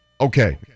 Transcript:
Okay